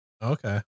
okay